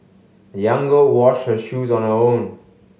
the young girl washed her shoes on her own